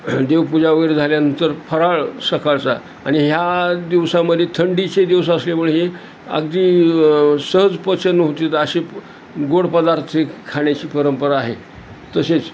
देवपूजा वगैरे झाल्यानंतर फराळ सकाळचा आणि ह्या दिवसामध्ये थंडीचे दिवस असल्यामुळे हे अगदी सहज पचन होतात असे गोड पदार्थची खाण्याची परंपरा आहे तसेच